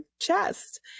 chest